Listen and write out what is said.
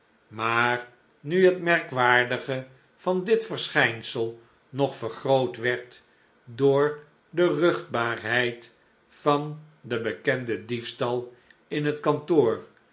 maar nu het merkwaardige van dit verschijnsel nog vergroot werd door de ruchtbaarheid van den bekenden diefstal in het kantoor